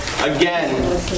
Again